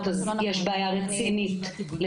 תנועות של טיפולי המרה שבעצם הגישו ערעור